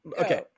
Okay